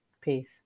peace